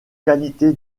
qualité